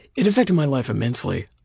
it affected my life immensely.